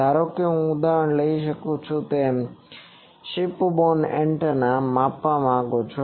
ધારો કે હું ઉદાહરણ લઈ શકું છું કે તમે શિપબોર્ન એન્ટેનાને માપવા માંગો છો